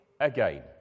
again